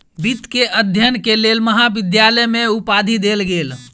वित्त के अध्ययन के लेल महाविद्यालय में उपाधि देल गेल